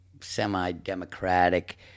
semi-democratic